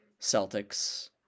Celtics